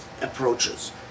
approaches